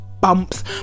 bumps